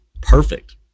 perfect